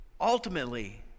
Ultimately